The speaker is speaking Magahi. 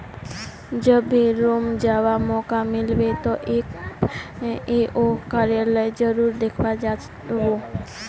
जब भी रोम जावा मौका मिलबे तो एफ ए ओ कार्यालय जरूर देखवा जा बो